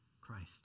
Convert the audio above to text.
Christ